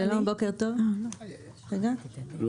אהלן.